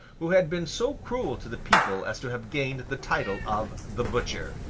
who had been so cruel to the people as to have gained the title of the butcher.